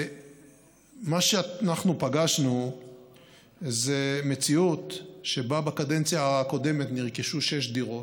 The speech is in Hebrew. מה שאנחנו פגשנו זה מציאות שבה בקדנציה הקודמת נרכשו שש דירות,